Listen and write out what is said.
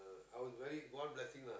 I was very god blessing lah